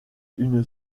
une